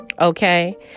okay